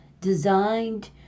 designed